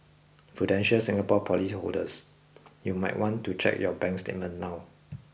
prudential Singapore policyholders you might want to check your bank statement now